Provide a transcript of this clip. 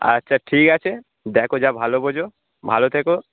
আচ্ছা ঠিক আছে দেখো যা ভালো বোঝো ভালো থেকো